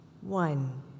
One